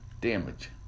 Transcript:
damage